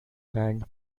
band